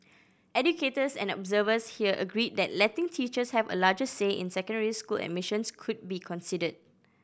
educators and observers here agreed that letting teachers have a larger say in secondary school admissions could be considered